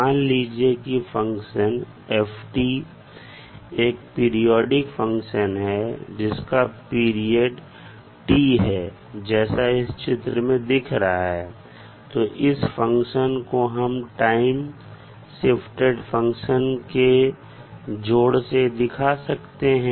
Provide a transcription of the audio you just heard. मान लीजिए कि फंक्शन f एक पीरियोडिक फंक्शन है जिसका पीरियड "t" है जैसा इस चित्र में दिख रहा है तो इस फंक्शन को हम टाइम शिफ्टेड फंक्शन के जोड़ से दिखा सकते हैं